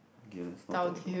okay let's not talk about